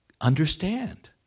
understand